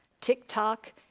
TikTok